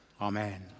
Amen